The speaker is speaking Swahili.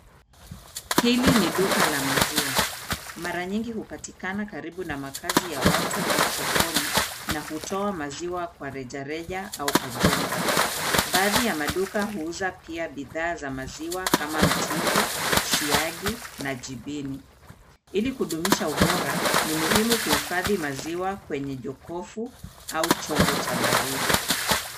Hili ni duka la maziwa, mara nyingi hupatikana karibu na makazi ya watu au sokoni na hutoa maziwa kwa reja reja au kwa jumla. Baadhi ya maduka huuza pia bidhaa za maziwa kama mtindi, siagi na jibini. Ili kudumisha ubora, ni muhimu kuhifadhi maziwa kwenye jokofu au chombo cha baridi.